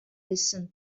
listen